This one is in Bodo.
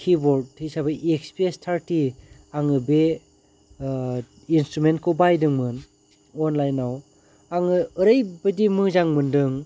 किबर्ड हिसाबै एक्सपि एस थारति आङो बे इन्सथ्रुमेन्टखौ बायदोंमोन अनलाइनाव आङो ओरैबायदि मोजां मोनदों